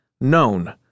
known